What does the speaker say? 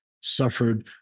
suffered